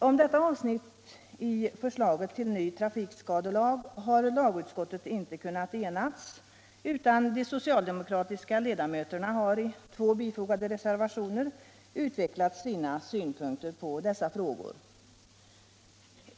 Om detta avsnitt i förslaget till ny trafikskadelag har lagutskottet inte kunnat enas, utan de socialdemokratiska ledamöterna har i två bifogade reservationer utvecklat sina synpunkter på dessa frågor.